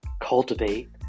cultivate